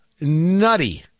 nutty